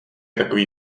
takový